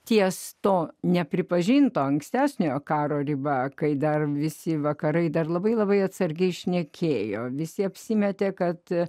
ties to nepripažinto ankstesniojo karo riba kai dar visi vakarai dar labai labai atsargiai šnekėjo visi apsimetė kad